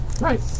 Right